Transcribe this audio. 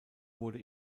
wurde